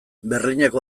berlineko